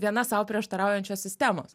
viena sau prieštaraujančios sistemos